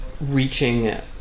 reaching